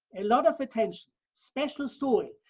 a lot of attention, special soil,